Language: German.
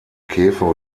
käfer